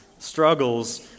Struggles